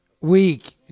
week